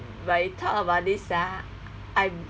but you talk about this ah I